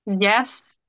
Yes